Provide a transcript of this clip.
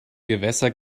gewässer